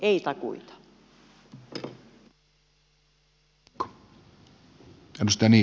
ei takuita